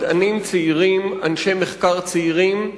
מדענים צעירים, אנשי מחקר צעירים.